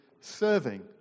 serving